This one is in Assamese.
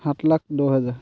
সাত লাখ দহ হেজাৰ